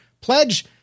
pledge